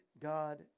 God